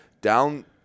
down